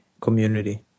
community